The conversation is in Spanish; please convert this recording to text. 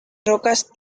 rocas